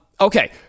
okay